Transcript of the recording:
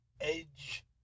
edge